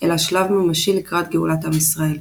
אלא שלב ממשי לקראת גאולת עם ישראל,